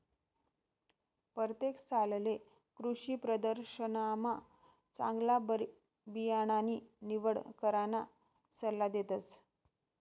परतेक सालले कृषीप्रदर्शनमा चांगला बियाणानी निवड कराना सल्ला देतस